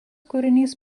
kūrinys